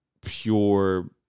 pure